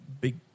big